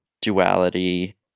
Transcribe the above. duality